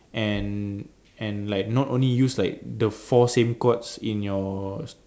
and and like not only use like the four same chords in your